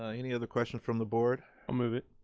ah any other questions from the board? i'll move it.